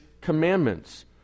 commandments